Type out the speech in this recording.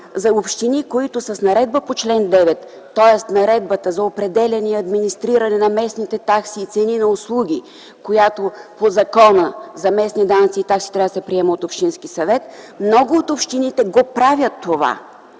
за общини, които с наредбата по чл. 9, тоест Наредбата за определяне и администриране на местните данъци и цени на услуги, която по Закона за местните данъци и такси трябва да се приеме от общинския съвет, много от общините го правят това.